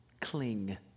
Cling